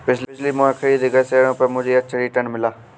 पिछले माह खरीदे गए शेयरों पर मुझे अच्छा रिटर्न मिला